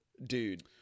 Dude